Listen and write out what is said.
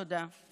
תודה.